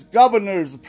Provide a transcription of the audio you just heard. governors